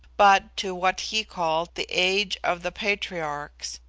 but to what he called the age of the patriarchs,